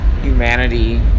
humanity